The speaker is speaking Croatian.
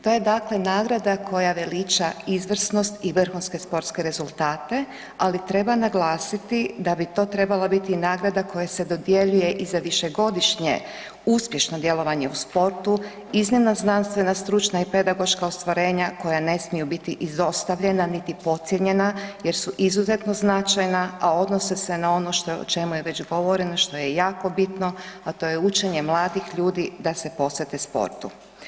To je dakle nagrada koja veliča izvrsnost i vrhunske sportske rezultate, ali treba naglasiti da bi to trebala biti nagrada koja se dodjeljuje i za višegodišnje uspješno djelovanje u sportu, iznimna znanstvena stručna i pedagoška ostvarenja koja ne smiju biti izostavljena niti podcijenjena jer su izuzetno značajna, a odnose se na ono što je, o čemu je već govoreno, što je jako bitno, a to je učenje mladih ljudi da se posvete sportu.